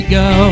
go